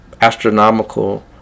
astronomical